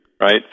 right